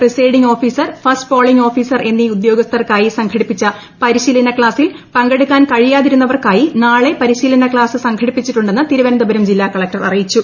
presiding officer first polling officer എന്നീ ഉദ്യോഗസ്ഥർക്കായി സംഘടിപ്പിച്ച പരിശീലന ക്ലാസിൽ പങ്കെടുക്കാൻ കഴിയാതിരുന്നവർക്കായി നാളെ പരിശീലന ക്ലാസ് സംഘടിപ്പിച്ചിട്ടുണ്ടെന്ന് തിരുവനന്തപുരം ജില്ലാ കളക്ടർ അറിയിച്ചു